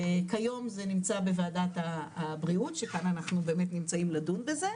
כיום זה נמצא בוועדת הבריאות שכאן אנחנו באמת נמצאים לדון בזה.